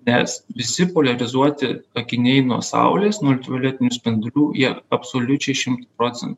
nes visi poliarizuoti akiniai nuo saulės nuo ultravioletinių spindulių jie absoliučiai šimtu procen